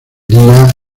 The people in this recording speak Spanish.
día